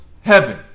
heaven